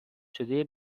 شده